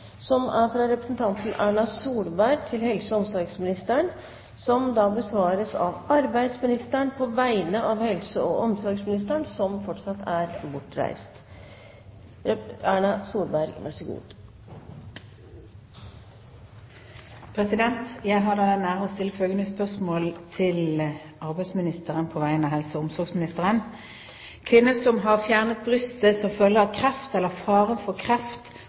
fra representanten Erna Solberg til helse- og omsorgsministeren, vil bli besvart av arbeidsministeren på vegne av helse- og omsorgsministeren. Jeg har den ære å stille følgende spørsmål til arbeidsministeren på vegne av helse- og omsorgsministeren: «Kvinner som har fjernet brystet som følge av kreft eller faren for kreft,